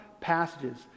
passages